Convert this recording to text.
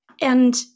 And-